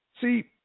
See